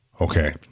Okay